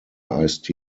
ice